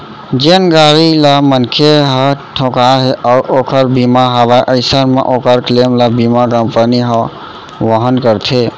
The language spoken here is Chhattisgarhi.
जेन गाड़ी ले मनखे ह ठोंकाय हे अउ ओकर बीमा हवय अइसन म ओकर क्लेम ल बीमा कंपनी ह वहन करथे